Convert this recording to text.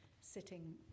sitting